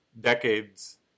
decades